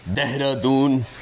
Dehradun